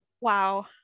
Wow